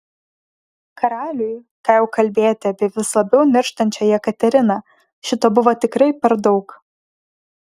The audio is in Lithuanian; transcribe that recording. karaliui ką jau kalbėti apie vis labiau nirštančią jekateriną šito buvo tikrai per daug